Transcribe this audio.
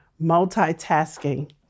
multitasking